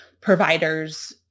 providers